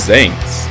Saints